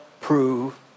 prove